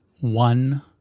one